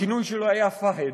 הכינוי שלו היה פאהד,